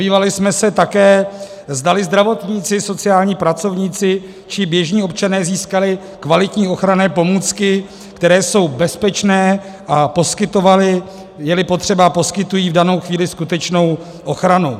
Zabývali jsme se také tím, zdali zdravotníci, sociální pracovníci či běžní občané získali kvalitní ochranné pomůcky, které jsou bezpečné, a poskytovaly, jeli potřeba, poskytují v danou chvíli skutečnou ochranu.